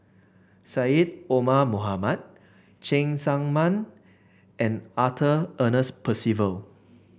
Syed Omar Mohamed Cheng Tsang Man and Arthur Ernest Percival